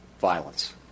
violence